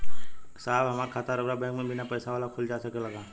साहब का हमार खाता राऊर बैंक में बीना पैसा वाला खुल जा सकेला?